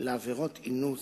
לעבירת אינוס,